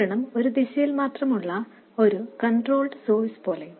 നിയന്ത്രണം ഒരു ദിശയിൽ മാത്രം ഉള്ള ഒരു കണ്ട്രോൾട് സോഴ്സ് പോലെ